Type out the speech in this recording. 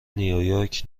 نیویورک